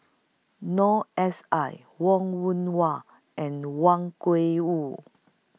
Noor S I Wong Yoon Wah and Wang Gungwu